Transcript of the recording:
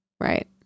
Right